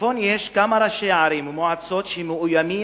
בצפון יש כמה ראשי ערים ומועצות שמאוימים